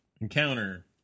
Encounter